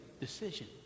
decision